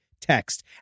text